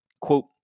quote